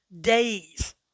days